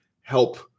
help